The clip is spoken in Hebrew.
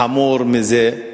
חמור מזה,